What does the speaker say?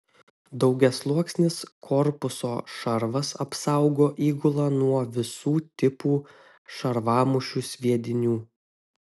daugiasluoksnis korpuso šarvas apsaugo įgulą nuo visų tipų šarvamušių sviedinių